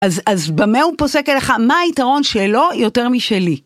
אז במה הוא פוסק אליך? מה היתרון שלו יותר משלי?